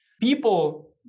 people